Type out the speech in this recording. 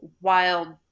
wild